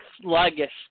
sluggish